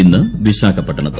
ഇന്ന് വിശാഖപട്ടണത്ത്